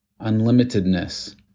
unlimitedness